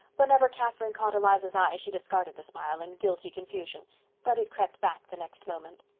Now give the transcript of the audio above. whenever catherine caught eliza's eye she discarded the smile in guilty confusion but it crept back the next moment.